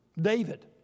David